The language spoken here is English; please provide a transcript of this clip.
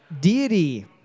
deity